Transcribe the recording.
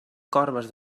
corbes